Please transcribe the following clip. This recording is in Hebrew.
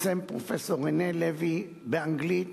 מאת פרופסור רנה לוי, באנגלית.